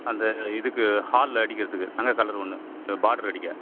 அந்த இதுக்கு ஹாலில் அடிக்கிறதுக்கு தங்க கலரு ஒன்று பாட்ரு அடிக்க